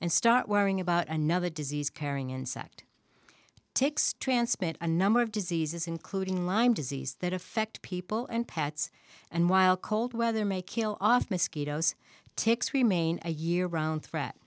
and start worrying about another disease carrying insect ticks transmitted a number of diseases including lyme disease that affect people and pets and while cold weather may kill off mosquitoes ticks remain a year round threat